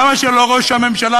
למה שלא ראש הממשלה,